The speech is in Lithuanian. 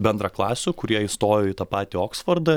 bendraklasių kurie įstojo į tą patį oksfordą